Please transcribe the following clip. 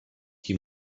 chi